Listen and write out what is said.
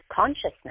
consciousness